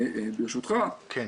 ברשותך,